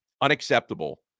Unacceptable